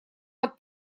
под